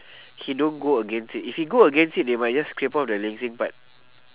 he don't go against it if he go against it they might just scrape off the ling xin part